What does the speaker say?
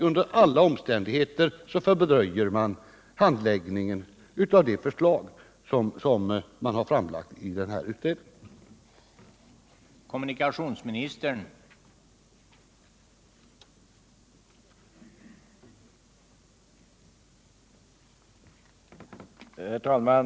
Under alla omständigheter fördröjer man handläggningen av befälsbemanningsutredningens förslag.